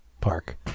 park